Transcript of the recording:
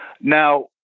Now